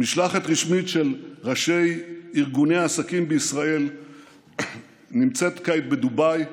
משלחת רשמית של ראשי ארגוני עסקים בישראל נמצאת כעת בדובאי.